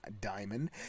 diamond